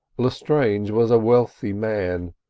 lestrange was a wealthy man,